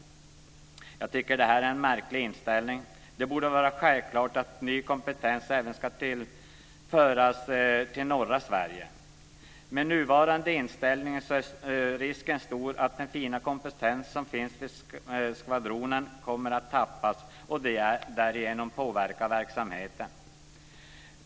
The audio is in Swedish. Jag tycker att detta är en märklig inställning. Det borde vara självklart att ny kompetens även ska tilldelas norra Sverige. Med nuvarande inställning är risken stor att den fina kompetens som finns vid skvadronen kommer att tappas, vilket påverkar verksamheten.